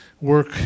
Work